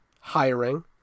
hiring